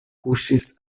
kuŝis